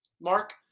mark